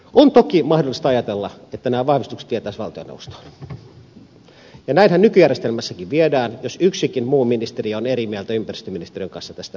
on toki mahdollista ajatella että nämä vahvistukset vietäisiin valtioneuvostoon ja näinhän nykyjärjestelmässäkin viedään jos yksikin muu ministeriö on eri mieltä ympäristöministeriön kanssa tästä linjauksesta